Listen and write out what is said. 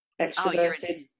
extroverted